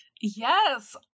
Yes